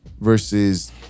Versus